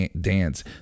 dance